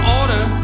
order